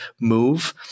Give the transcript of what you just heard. move